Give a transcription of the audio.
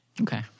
Okay